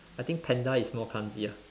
I think panda is more clumsy ah